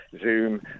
Zoom